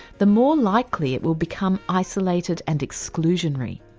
the more likely it will become isolated and exclusionary.